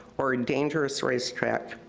or a dangerous racetrack.